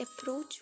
approach